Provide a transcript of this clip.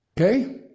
Okay